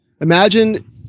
imagine